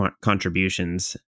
contributions